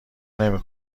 نمی